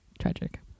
Tragic